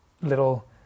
little